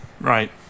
right